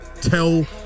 tell